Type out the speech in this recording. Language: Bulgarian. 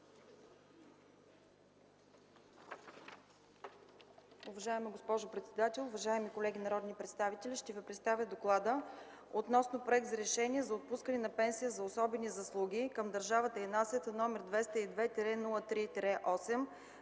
Уважаема госпожо председател, уважаеми колеги народни представители, ще Ви представя „ДОКЛАД относно Проект за решение за отпускане на пенсия за особени заслуги към държавата и нацията, № 202-03-8,